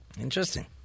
Interesting